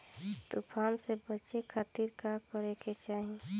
तूफान से बचे खातिर का करे के चाहीं?